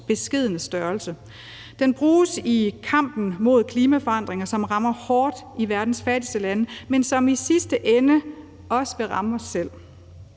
beskedne størrelse. Den bruges i kampen mod klimaforandringer, som rammer hårdt i verdens fattigste lande, men som i sidste ende også vil ramme os selv.